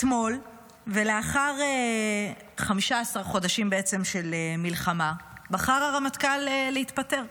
אתמול ולאחר 15 חודשים של מלחמה בעצם בחר הרמטכ"ל להתפטר.